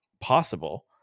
possible